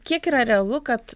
kiek yra realu kad